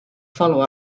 follow